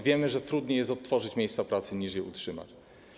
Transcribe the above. Wiemy, że trudniej jest odtworzyć miejsca pracy, niż je utrzymać.